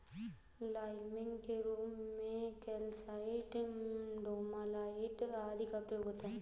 liming के रूप में कैल्साइट, डोमालाइट आदि का प्रयोग होता है